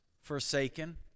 forsaken